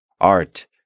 Art